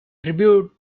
tribute